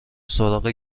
سراغ